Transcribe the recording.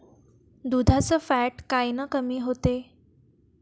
दुधाचं फॅट कायनं कमी होते?